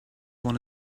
one